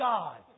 God